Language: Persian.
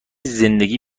زندگی